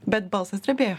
bet balsas drebėjo